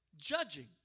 judging